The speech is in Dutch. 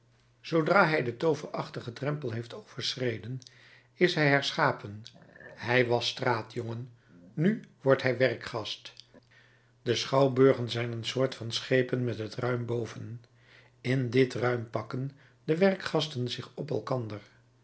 zoodra hij den tooverachtigen drempel heeft overschreden is hij herschapen hij was straatjongen nu wordt hij werkgast de schouwburgen zijn een soort van schepen met het ruim boven in dit ruim pakken de werkgasten zich op elkander